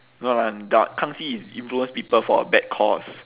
no lah kang xi is influence people for a bad cause